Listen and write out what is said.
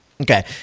Okay